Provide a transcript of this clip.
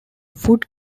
food